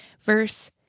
Verse